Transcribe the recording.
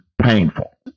painful